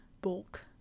bulk